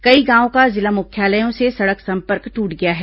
कई गांवो का जिला मुख्यालयों से सड़क संपर्क टूट गया है